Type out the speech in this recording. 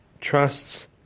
trusts